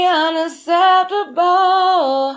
unacceptable